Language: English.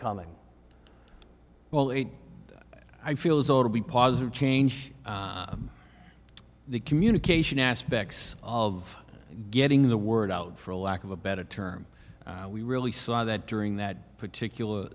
coming well i feel as though to be positive change the communication aspects of getting the word out for a lack of a better term we really saw that during that particular